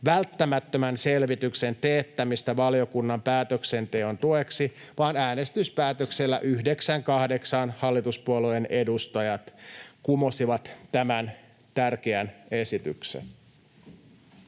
välttämättömän selvityksen teettämistä valiokunnan päätöksenteon tueksi, vaan äänestyspäätöksellä 9—8 hallituspuolueiden edustajat kumosivat tämän tärkeän esityksen.